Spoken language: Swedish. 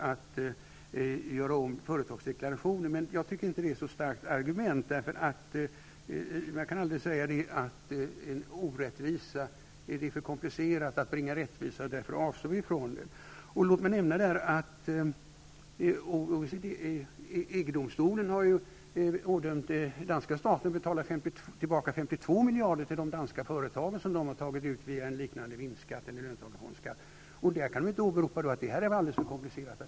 Låt mig påminna om att EG-domstolen har ådömt danska staten att till de danska företagen betala tillbaka 52 miljarder, som man tagit ut genom en liknande vinstdelningsskatt eller löntagarfondsskatt. Den danska staten kan inte låta bli att fullgöra denna återbetalning under åberopande av att det blir alldeles för komplicerat.